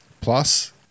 plus